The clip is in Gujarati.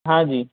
હા જી